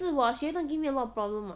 是 [what] she everytime give me a lot of problem [what]